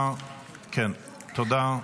תודה.